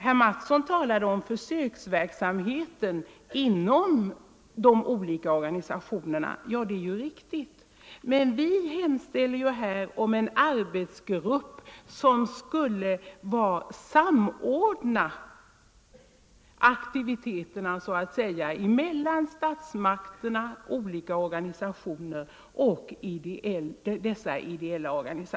Herr Mattsson talade om försöksverksamheten inom de olika organisationerna, och det 121 är riktigt att sådan pågår. Men i motionen hemställer vi att en arbetsgrupp tillsättes för att samordna aktiviteterna mellan statsmakterna och de olika organisationerna, ideella och andra.